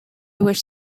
wish